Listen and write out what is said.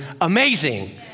amazing